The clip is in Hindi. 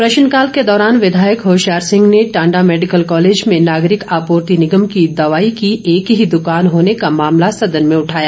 प्रश्नकाल के दौरान विधायक होशियार सिंह ने टांडा मेडिकल कॉलेज में नागरिक आपूर्ति निगम की दवाई की एक ही दुकान होने का मामला सदन में उठाया